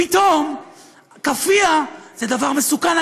פתאום הכאפיה זה דבר מסוכן.